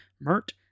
Mert